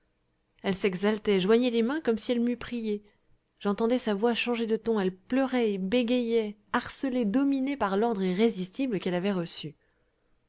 elle s'exaltait joignait les mains comme si elle m'eût prié j'entendais sa voix changer de ton elle pleurait et bégayait harcelée dominée par l'ordre irrésistible qu'elle avait reçu